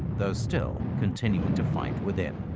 though still continuing to fight within.